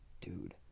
Dude